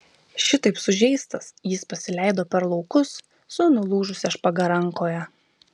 šitaip sužeistas jis pasileido per laukus su nulūžusia špaga rankoje